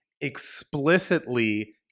explicitly